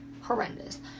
horrendous